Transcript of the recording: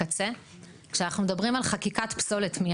כשאנחנו מדברים על חקיקת פסולת,